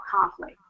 conflict